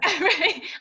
Right